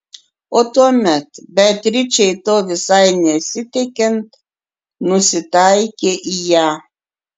o tuomet beatričei to visai nesitikint nusitaikė į ją